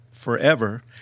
Forever